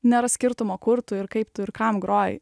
nėra skirtumo kur tu ir kaip tu ir kam groji